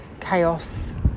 chaos